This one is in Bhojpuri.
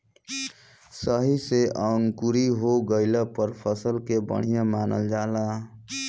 सही से अंकुरी हो गइला पर फसल के बढ़िया मानल जाला